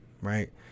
right